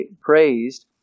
praised